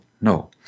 No